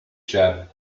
chap